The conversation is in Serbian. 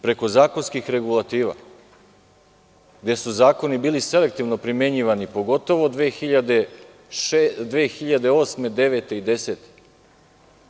Preko zakonskih regulativa, gde su zakoni bili selektivno primenjivani, pogotovo 2008, 2009. i 2010. godine.